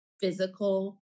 physical